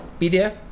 PDF